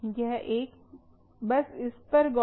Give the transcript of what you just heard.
बस इस पर गौर करें